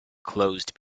closed